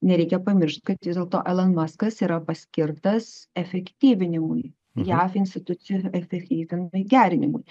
nereikia pamiršt kad vis dėlto elon maskas kas yra paskirtas efektyvinimui jav institucijų efektyvumui gerinimui